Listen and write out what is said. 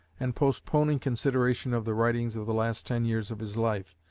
and postponing consideration of the writings of the last ten years of his life,